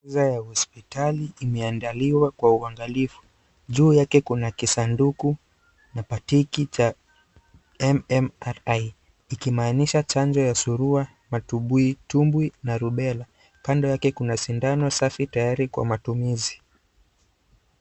...zao ya hospitali imeandaliwa kwa uangalifu. Juu yake kuna kisanduku na pakiti cha MMRII ikimaanisha chanjo ya surua, matumbitumbwi na rubella. Kando yake kuna sindano safi tayari kwa matumizi.